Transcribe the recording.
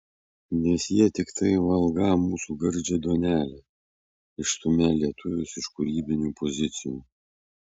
nes jie tiktai valgą mūsų gardžią duonelę išstumią lietuvius iš kūrybinių pozicijų